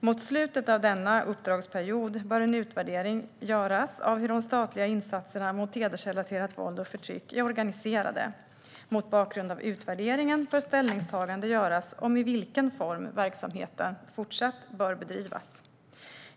Mot slutet av denna uppdragsperiod bör en utvärdering genomföras av hur de statliga insatserna mot hedersrelaterat våld och förtryck är organiserade. Mot bakgrund av utvärderingen bör ställningstaganden göras om i vilken form verksamheten i fortsättningen bör bedrivas.